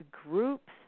groups